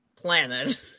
planet